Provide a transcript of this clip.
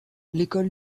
l’école